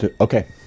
Okay